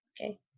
Okay